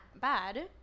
bad